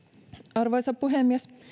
arvoisa puhemies